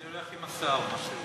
אני הולך עם השר, מה שהוא רוצה.